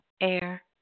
air